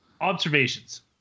observations